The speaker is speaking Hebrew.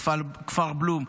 כפר בלום,